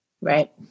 Right